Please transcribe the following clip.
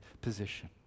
position